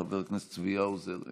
חבר הכנסת צבי האוזר,